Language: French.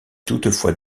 toutefois